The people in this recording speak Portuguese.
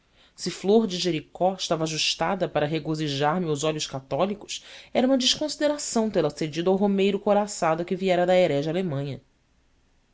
se flor de jericó estava ajustada para regozijar meus olhos católicos era uma desconsideração tê-la cedido ao romeiro couraçado que viera da herege alemanha